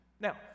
Now